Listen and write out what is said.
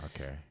Okay